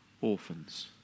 orphans